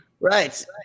Right